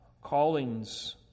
callings